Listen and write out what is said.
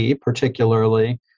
particularly